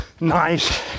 nice